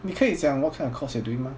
你可以讲 what kind of course you're doing mah